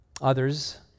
Others